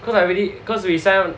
cause I really cause we sign